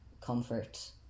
comfort